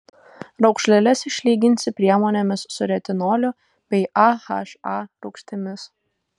raukšleles išlyginsi priemonėmis su retinoliu bei aha rūgštimis